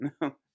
No